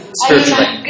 spiritually